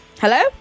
Hello